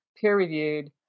peer-reviewed